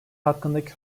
hakkındaki